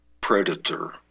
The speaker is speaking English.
predator